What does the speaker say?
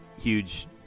huge